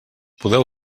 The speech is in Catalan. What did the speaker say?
podeu